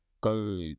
go